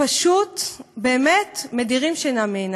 פשוט באמת מדירים שינה מעיני.